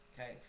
Okay